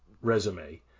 resume